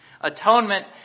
Atonement